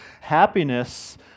happiness